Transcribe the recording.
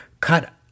cut